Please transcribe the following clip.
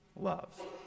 love